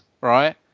right